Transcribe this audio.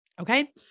Okay